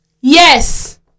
Yes